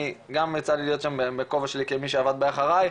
אני גם יצא לי להיות שם בכובע שלי כמי שעבד ב"אחריי",